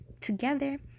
together